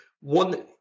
one